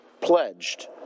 pledged